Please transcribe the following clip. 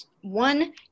one